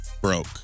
broke